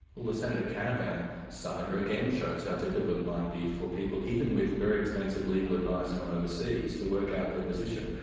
well the senator nick canavan saga again shows how difficult it might be for people even with very expensive legal advice from overseas to work out their position.